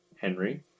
Henry